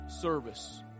service